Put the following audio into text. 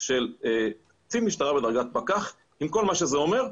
של קצין משטרה בדרגת פקח עם כל מה שזה אומר,